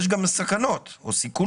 יש גם סכנות או סיכונים.